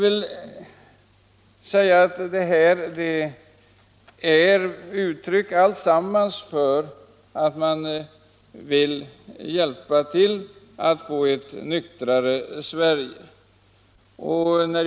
Detta är alltsammans uttryck för att man vill hjälpa till att få ett nyktrare Sverige.